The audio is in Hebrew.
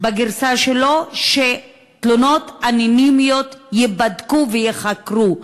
בנוסח שלו שתלונות אנונימיות ייבדקו וייחקרו.